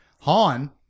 Han